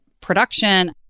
production